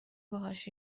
باهاش